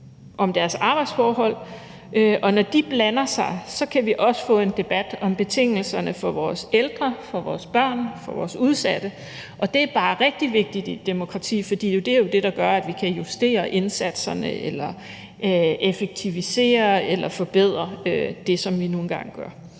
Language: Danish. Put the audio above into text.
om deres arbejdsforhold, og når de blander sig, kan vi også få en debat om betingelserne for vores ældre, for vores børn, for vores udsatte, og det er bare rigtig vigtigt i et demokrati, for det er jo det, der gør, at vi kan justere indsatserne eller effektivisere eller forbedre det, som vi nu engang gør.